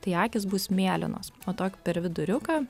tai akys bus mėlynos o tokį per viduriuką